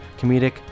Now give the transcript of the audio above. comedic